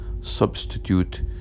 substitute